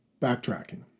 backtracking